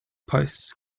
posts